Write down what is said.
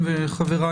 בבקשה.